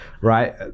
right